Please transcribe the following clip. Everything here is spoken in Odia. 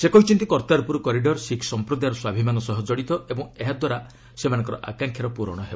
ସେ କହିଛନ୍ତି କର୍ତ୍ତାରପୁର କରିଡର୍ ଶିଖ୍ ସମ୍ପ୍ରଦାୟର ସ୍ୱାଭିମାନ ସହ ଜଡ଼ିତ ଓ ଏହାଦ୍ୱାରା ସେମାନଙ୍କର ଆକାଂକ୍ଷାର ପ୍ରରଣ ହେବ